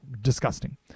disgusting